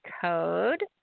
code